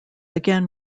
again